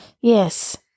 Yes